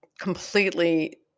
completely